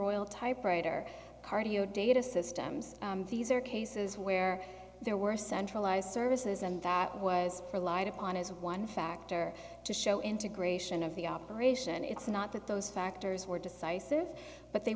royal typewriter cardio data systems these are cases where there were centralized services and that was for light upon as one factor to show integration of the operation it's not that those factors were decisive but they